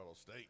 State